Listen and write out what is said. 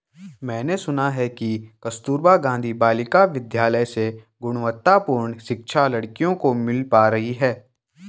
मैंने सुना है कि कस्तूरबा गांधी बालिका विद्यालय से गुणवत्तापूर्ण शिक्षा लड़कियों को मिल पा रही है